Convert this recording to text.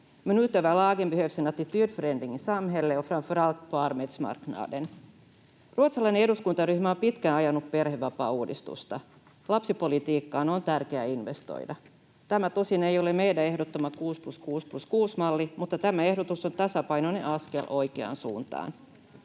Ruotsalainen eduskuntaryhmä on pitkään ajanut perhevapaauudistusta. Lapsipolitiikkaan on tärkeää investoida. Tämä tosin ei ole meidän ehdottamamme 6+6+6-malli, mutta tämä ehdotus on tasapainoinen askel oikeaan suuntaan.